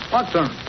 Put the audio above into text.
Watson